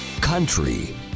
country